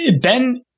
Ben